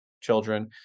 children